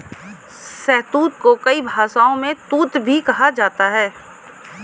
शहतूत को कई भाषाओं में तूत भी कहा जाता है